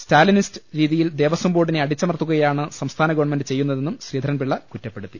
Stalinist രീതിയിൽ ദേവസ്വം ബോർഡിനെ അടിച്ചമർത്തുകയാണ് സംസ്ഥാന ഗവൺമെന്റ് ചെയ്യുന്നതെന്നും ശ്രീധരൻപിള്ള കുറ്റപ്പെടുത്തി